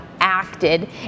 acted